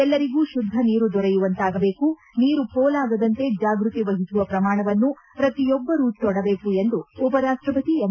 ಎಲ್ಲರಿಗೂ ಶುದ್ದ ನೀರು ದೊರೆಯುವಂತಾಗಬೇಕು ನೀರು ಪೋಲಾಗದಂತೆ ಜಾಗೃತಿ ವಹಿಸುವ ಪ್ರಮಾಣವನ್ನು ಪ್ರತಿಯೊಬ್ಬರೂ ತೊಡಬೇಕು ಎಂದು ಉಪರಾಷ್ಟಪತಿ ಎಂ